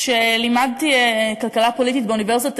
כשלימדתי כלכלה פוליטית באוניברסיטת תל-אביב,